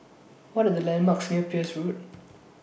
What Are The landmarks near Peirce Road